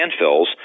landfills